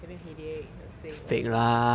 having a headache you know saying whatever lah